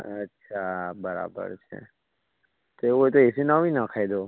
અચ્છા બરાબર છે તો એવું હોય તો એસી નવી નખાવી દો